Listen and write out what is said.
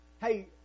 Hey